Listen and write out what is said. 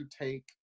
take